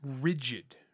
Rigid